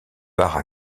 part